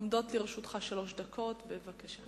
עומדות לרשותך שלוש דקות, בבקשה.